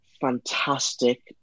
fantastic